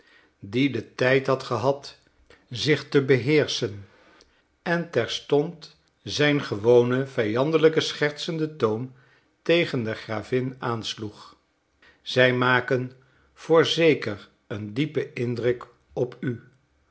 die den tijd had gehad zich te beheerschen en terstond zijn gewonen vijandelijk schertsenden toon tegen de gravin aansloeg zij maken voorzeker een diepen indruk op u